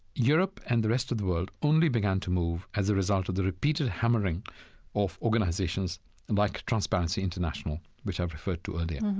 europe and the rest of the world only began to move as a result of the repeated hammering of organizations and like transparency international, which i've referred to earlier.